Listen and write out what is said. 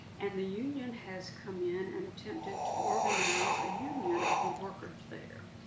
and the union has come in and attempted to organize a union of the workers there.